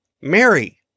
Mary